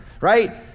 right